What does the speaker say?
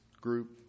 group